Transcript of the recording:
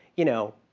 you know,